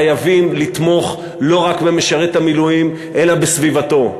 חייבים לתמוך לא רק במשרת המילואים אלא בסביבתו,